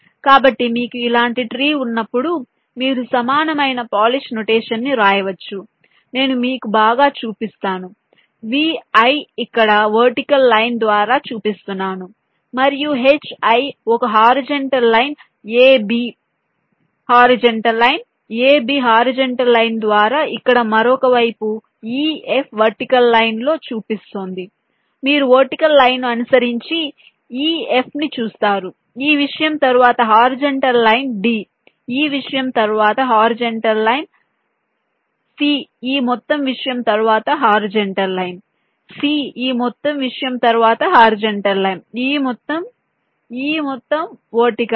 కాబట్టి మీకు ఇలాంటి ట్రీ ఉన్నప్పుడు మీరు సమానమైన పోలిష్ నొటేషన్ ను వ్రాయవచ్చు నేను మీకు బాగా చూపిస్తాను VI ఇక్కడ వర్టికల్ లైన్ ద్వారా చూపిస్తున్నాను మరియు HI ఒక horizontal line a b horizontal line a b horizontal line ద్వారా ఇక్కడ మరొక వైపు e f వర్టికల్ లైన్ లో చూపిస్తోంది మీరు వర్టికల్ లైన్ ను అనుసరించి e f ని చూస్తారు ఈ విషయం తరువాత హారిజాంటల్ లైన్ d ఈ విషయం తరువాత హారిజాంటల్ లైన్ c ఈ మొత్తం విషయం తరువాత హారిజాంటల్ లైన్ c ఈ మొత్తం విషయం తరువాత హారిజాంటల్ లైన్ ఈ మొత్తం ఈ మొత్తం వర్టికల్ లైన్